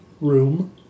room